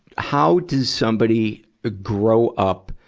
how does somebody ah grow up,